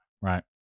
Right